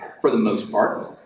for the most part.